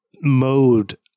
mode